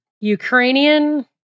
Ukrainian –